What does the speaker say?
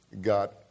got